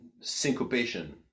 syncopation